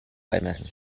beimessen